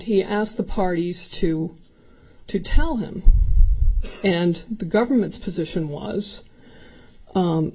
he asked the parties to to tell him and the government's position was